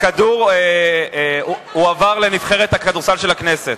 הכדור הועבר לנבחרת הכדורסל של הכנסת.